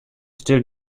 still